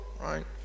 right